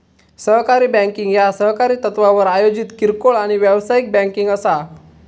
सहकारी बँकिंग ह्या सहकारी तत्त्वावर आयोजित किरकोळ आणि व्यावसायिक बँकिंग असा